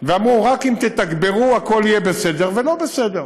ואמרו: רק אם תתגברו, הכול יהיה בסדר ולא בסדר.